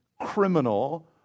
criminal